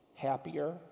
happier